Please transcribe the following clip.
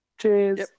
Cheers